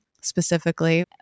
specifically